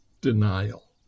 denial